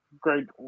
great